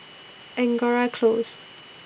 Angora Close